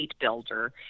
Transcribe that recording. builder